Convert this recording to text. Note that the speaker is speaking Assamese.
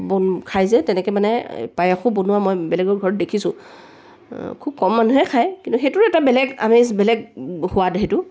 বন খায় যে তেনেকে মানে পায়সো বনোৱা মই বেলেগৰ ঘৰত দেখিছোঁ খুব কম মানুহে খায় কিন্তু সেইটোৰো এটা বেলেগ আমেজ বেলেগ সোৱাদ সেইটো